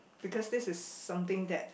because this is something that